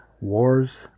wars